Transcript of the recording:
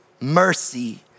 mercy